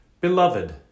Beloved